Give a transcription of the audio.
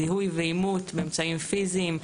זיהוי ואימות באמצעים פיזיים,